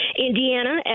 Indiana